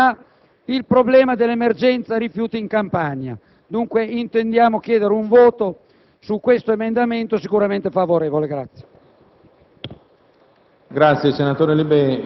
recuperati all'interno del bilancio della Regione Campania, un bilancio che - voglio evitare ogni polemica - è sotto gli occhi di tutti, un bilancio che viene utilizzato molte volte